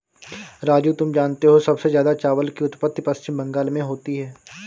राजू तुम जानते हो सबसे ज्यादा चावल की उत्पत्ति पश्चिम बंगाल में होती है